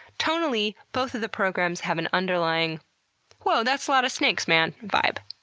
tonally, both of the programs have an underlying whoa, that's a lot of snakes, man vibe.